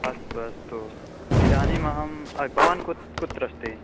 अस्तु अस्तु इदानीमहं भवान् कुत्र कुत्र अस्ति